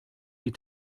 die